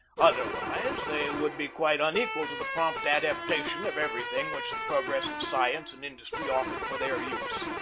otherwise they would be quite unequal to the prompt adaptation of everything which the prog ress of science and industry offered for their use.